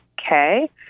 okay